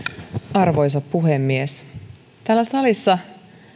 arvoisa puhemies täällä salissa